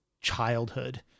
childhood